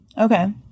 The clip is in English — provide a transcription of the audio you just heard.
Okay